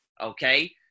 okay